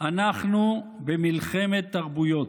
אנחנו במלחמת תרבויות,